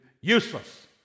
useless